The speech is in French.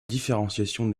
différenciation